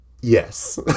Yes